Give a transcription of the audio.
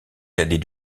cadet